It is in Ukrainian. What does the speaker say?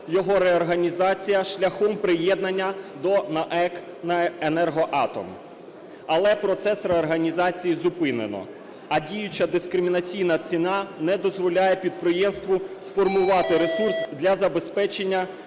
його реорганізація шляхом приєднання до НАЕК "Енергоатом". Але процес реорганізації зупинено, а діюча дискримінаційна ціна не дозволяє підприємству сформувати ресурс для забезпечення